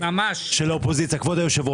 של כספי המדינה.